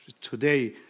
Today